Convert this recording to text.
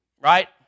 Right